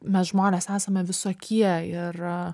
mes žmonės esame visokie ir